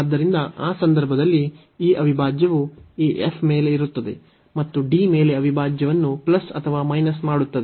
ಆದ್ದರಿಂದ ಆ ಸಂದರ್ಭದಲ್ಲಿ ಈ ಅವಿಭಾಜ್ಯವು ಈ f ಮೇಲೆ ಇರುತ್ತದೆ ಮತ್ತು D ಮೇಲೆ ಅವಿಭಾಜ್ಯವನ್ನು ಅಥವಾ ಮಾಡುತ್ತದೆ